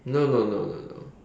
no no no no no